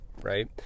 right